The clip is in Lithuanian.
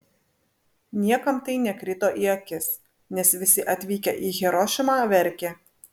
niekam tai nekrito į akis nes visi atvykę į hirošimą verkė